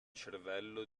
cervello